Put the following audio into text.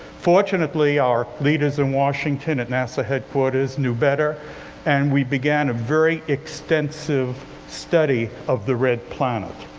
fortunately, our leaders in washington at nasa headquarters knew better and we began a very extensive study of the red planet.